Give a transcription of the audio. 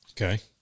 Okay